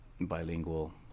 bilingual